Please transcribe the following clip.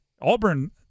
Auburn